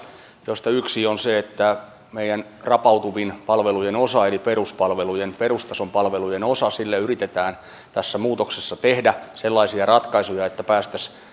joista yksi on se että meidän rapautuvimmalle palvelujen osalle eli perustason palvelujen osalle yritetään tässä muutoksessa tehdä sellaisia ratkaisuja että päästäisiin